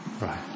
Right